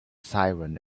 siren